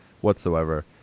whatsoever